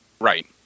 Right